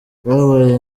twabaye